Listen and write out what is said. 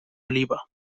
oliva